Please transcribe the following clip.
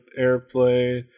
airplay